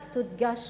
רק תודגש